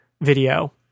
video